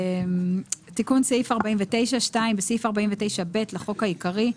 תיקון סעיף 49 2. בסעיף 49(ב) לחוק העיקרי,